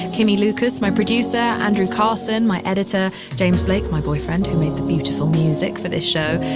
and kimie lucas, my producer, andrew carson, my editor, james blake, my boyfriend who made the beautiful music for this show.